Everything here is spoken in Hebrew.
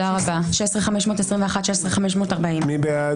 16,261 עד 16,280. מי בעד?